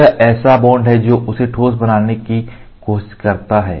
यह ऐसा बॉन्ड है जो उसे ठोस बनाने की कोशिश करता है